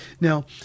Now